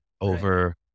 over